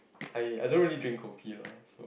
I I don't really drink coffee lah